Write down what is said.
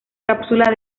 cápsula